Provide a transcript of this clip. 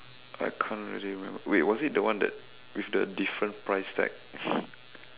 I can't really remember wait was it the one that with the different price tag